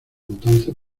entonces